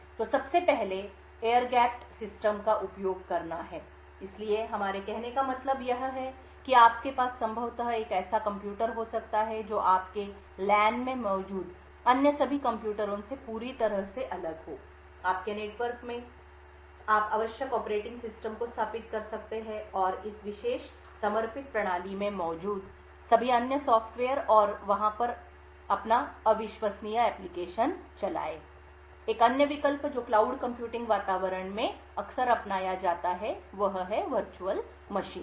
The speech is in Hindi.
तो सबसे पहले एयर गैप्ड सिस्टम का उपयोग करना है इसलिए हमारे कहने का मतलब यह है कि आपके पास संभवतः एक ऐसा कंप्यूटर हो सकता है जो आपके LAN में मौजूद अन्य सभी कंप्यूटरों से पूरी तरह से अलग हो आपके नेटवर्क में आप आवश्यक ऑपरेटिंग सिस्टम को स्थापित कर सकते हैं और इस विशेष समर्पित प्रणाली में मौजूद सभी अन्य सॉफ़्टवेयर और वहां पर अपना अविश्वसनीय एप्लिकेशन चलाएं एक अन्य विकल्प जो क्लाउड कंप्यूटिंग वातावरण में अक्सर अपनाया जाता है वह है वर्चुअल मशीन